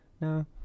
no